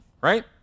right